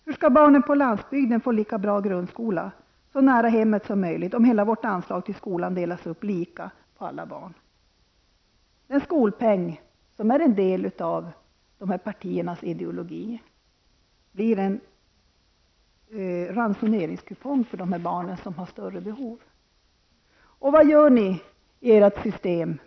Hur skall barnen på landsbygden kunna få en lika bra grundskola, och då så nära hemmet som möjligt, som andra elever om hela vårt anslag till skolan delas upp lika på alla barn? Skolpengen, som är en del av de här partiernas ideologi, blir i stället en ransoneringskupong för barn som har större behov än andra.